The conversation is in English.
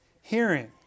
hearing